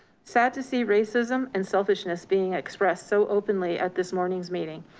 sad to see racism and selfishness being expressed so openly at this morning's meeting,